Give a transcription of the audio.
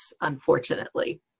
unfortunately